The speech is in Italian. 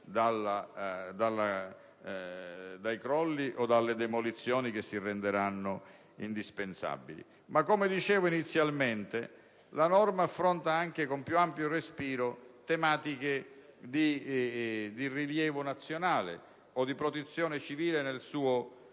prodotti dai crolli o dalle demolizioni che si renderanno indispensabili. Come ho ricordato inizialmente, la norma affronta con più ampio respiro anche tematiche di rilievo nazionale o di protezione civile nella sua